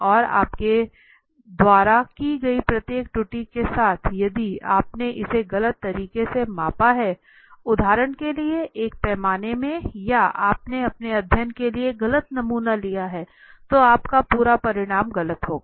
और आपके द्वारा की गई प्रत्येक त्रुटि के साथ यदि आपने इसे गलत तरीके से मापा है उदाहरण के लिए एक पैमाने में या आपने अपने अध्ययन के लिए गलत नमूना लिया है तो आपका पूरा परिणाम गलत होगा